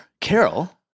Carol